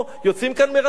יוצאים כאן מרצון,